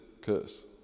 curse